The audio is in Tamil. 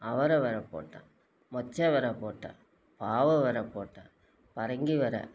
அவரை வெர போட்டேன் மொச்சை வெர போட்டேன் பாவை வெர போட்டேன் பரங்கி வெர